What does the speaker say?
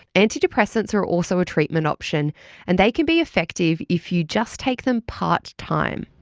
antidepressants are also a treatment option and they can be effective if you just take them part-time.